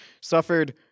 suffered